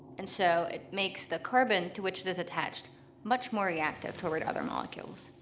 and so it makes the carbon to which it is attached much more reactive toward other molecules.